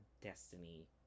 Destiny